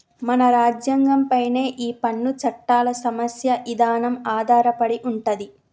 మన రాజ్యంగం పైనే ఈ పన్ను చట్టాల సమస్య ఇదానం ఆధారపడి ఉంటది